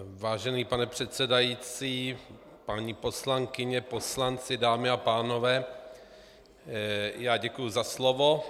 Vážený pane předsedající, paní poslankyně, poslanci, dámy a pánové, děkuji za slovo.